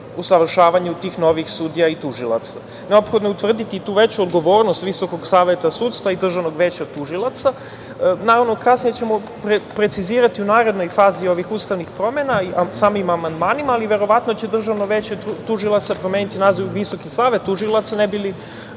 usavršavanju tih novih sudija i tužilaca. Neophodno je utvrditi tu veću odgovornost Visokog saveta sudstva i Državnog veća tužilaca. Naravno, kasnije ćemo precizirati u narednoj fazi ovih ustavnih promena, samim amandmanima, ali verovatno će Državno veće tužilaca promeniti naziv u Visoki savet tužilaca, ne bili